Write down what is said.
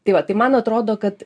tai va tai man atrodo kad